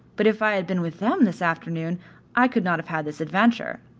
but if i had been with them this afternoon i could not have had this adventure.